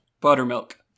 Buttermilk